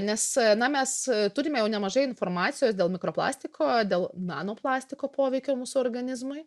nes na mes turime jau nemažai informacijos dėl mikroplastiko dėl nanoplastiko poveikio mūsų organizmui